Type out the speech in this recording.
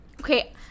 Okay